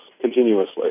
continuously